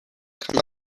kann